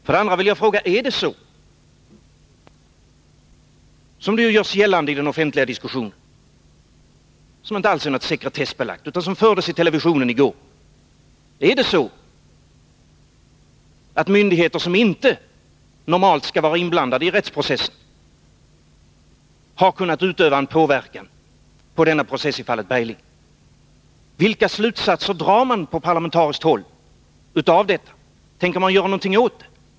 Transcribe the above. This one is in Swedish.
För det andra vill jag fråga: Är det så — som ju görs gällande i den offentliga diskussionen och som inte alls är sekretessbelagt utan som framfördes i TV i går — att myndigheter som inte normalt skall vara inblandade i rättsprocessen har kunnat utöva en påverkan på denna process i fallet Bergling? Vilka slutsatser drar man på parlamentariskt håll av detta? Tänker man göra någonting åt det?